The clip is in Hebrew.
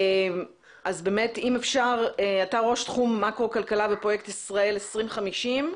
שאי אפשר יהיה בפועל ליישם אותו.